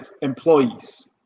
employees